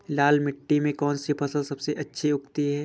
लाल मिट्टी में कौन सी फसल सबसे अच्छी उगती है?